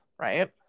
right